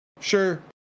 sure